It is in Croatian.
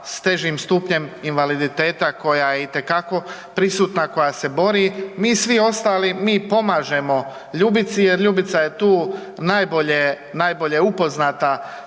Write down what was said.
s težim stupnjem invaliditeta koja je itekako prisutna, koja se bori, mi svi ostali, mi pomažemo Ljubici jer Ljubica je tu najbolje,